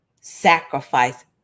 sacrifice